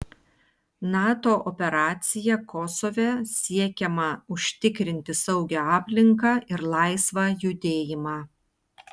nato operacija kosove siekiama užtikrinti saugią aplinką ir laisvą judėjimą